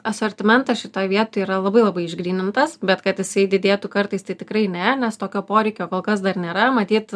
asortimentas šitoj vietoj yra labai labai išgrynintas bet kad jisai didėtų kartais tai tikrai ne nes tokio poreikio kol kas dar nėra matyt